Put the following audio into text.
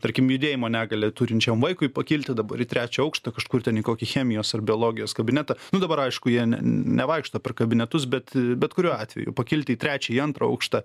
tarkim judėjimo negalią turinčiam vaikui pakilti dabar į trečią aukštą kažkur ten į kokį chemijos ar biologijos kabinetą nu dabar aišku jie nevaikšto per kabinetus bet bet kuriuo atveju pakilti į trečią į antrą aukštą